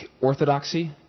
Orthodoxy